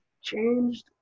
changed